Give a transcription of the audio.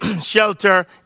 shelter